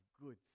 good